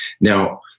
Now